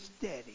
steady